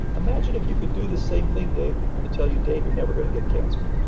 imagine if you could do the same thing dave, to tell you, dave, you're never gonna get cancer.